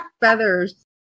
feathers